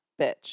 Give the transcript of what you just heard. bitch